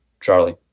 Charlie